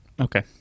Okay